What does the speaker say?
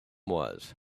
was